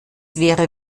wäre